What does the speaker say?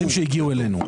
את המקרים שהגיעו אלינו.